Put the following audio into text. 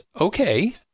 okay